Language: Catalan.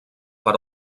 per